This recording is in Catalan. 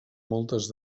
moltes